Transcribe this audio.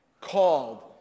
called